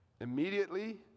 immediately